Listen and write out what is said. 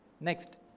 Next